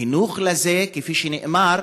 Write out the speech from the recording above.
חינוך לזה, כפי שנאמר,